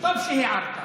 טוב שהערת.